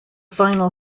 final